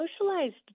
socialized